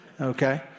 Okay